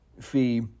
fee